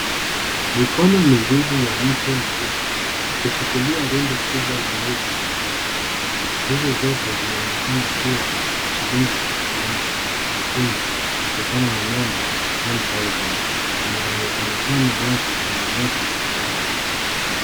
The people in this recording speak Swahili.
Mikono miwili ya mtu mzima, ikishikilia rundu kubwa la noti za pesa, noti hizi zote zinaonekana kuwa za shilingi elfu moja, za Kenya, kutokana na number, one thousand , inayo onekana wazi kwenye noti kadhaa.